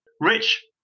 Rich